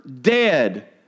dead